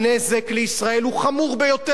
הנזק לישראל חמור ביותר.